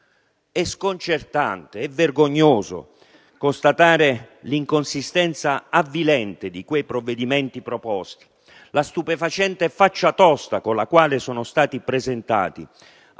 È sconcertante, è vergognoso constatare l'inconsistenza avvilente dei provvedimenti proposti, la stupefacente faccia tosta con la quale sono stati presentati,